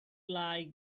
like